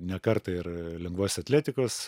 ne kartą ir lengvos atletikos